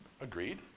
agreed